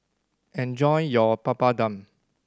enjoy your Papadum